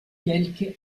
quelque